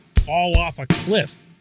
fall-off-a-cliff